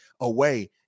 away